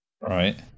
Right